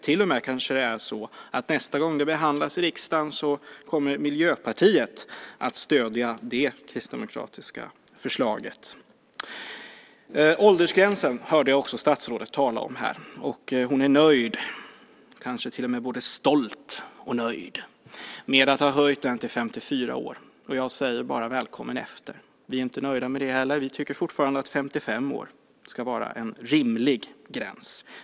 Det kanske till och med är så att nästa gång det behandlas i riksdagen kommer Miljöpartiet att stödja det kristdemokratiska förslaget. Åldersgränsen hörde jag också statsrådet tala om här, och hon är nöjd - kanske till och med både stolt och nöjd - med att ha höjt den till 54 år. Jag säger bara: Välkommen efter! Vi är inte nöjda med det heller utan tycker fortfarande att 55 år ska vara en rimlig gräns.